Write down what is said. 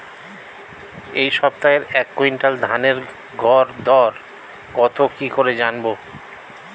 এই সপ্তাহের এক কুইন্টাল ধানের গর দর কত কি করে জানবো?